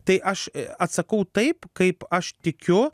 tai aš atsakau taip kaip aš tikiu